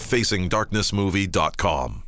FacingDarknessMovie.com